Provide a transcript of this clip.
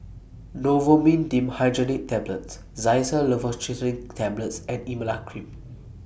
Novomin Dimenhydrinate Tablets Xyzal Levocetirizine Tablets and Emla Cream